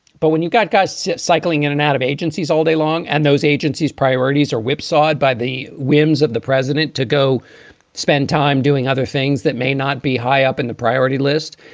but when you've got guys cycling in and out of agencies all day long and those agencies priorities are whipsawed by the whims of the president to go spend time doing other things that may not be high up in the priority list.